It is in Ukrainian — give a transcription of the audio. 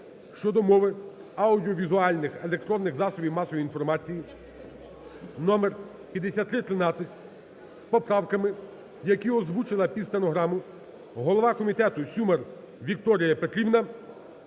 щодо мови, аудіовізуальних (електронних) засобів масової інформації (номер 5313) з поправками, які озвучила під стенограму голова комітету Сюмар Вікторія Петрівна,